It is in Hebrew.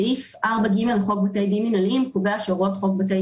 סעיף 4(ג) לחוק בתי דין מינהליים קובע שהוראות חוק בתי